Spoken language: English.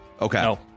Okay